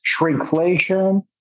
shrinkflation